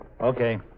Okay